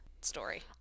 story